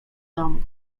domu